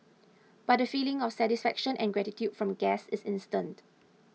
but the feeling of satisfaction and gratitude from guests is instant